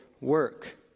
work